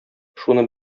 шуны